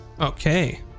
okay